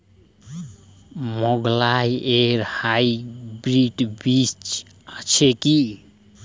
মুগকলাই এর হাইব্রিড বীজ আছে কি?